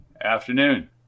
Afternoon